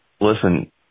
Listen